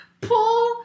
pull